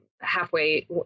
halfway